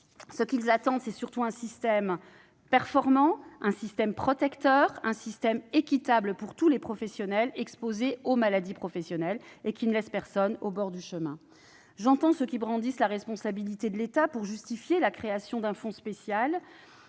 intéressés attendent, c'est surtout la mise en place d'un système performant, protecteur, équitable pour toutes les personnes exposées aux maladies professionnelles et qui ne laisse personne au bord du chemin. J'entends ceux qui invoquent la responsabilité de l'État pour justifier la création d'un fonds spécial.